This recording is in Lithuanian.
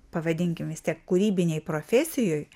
pavadinkim vis tiek kūrybinėj profesijoj